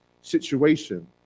situation